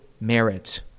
merit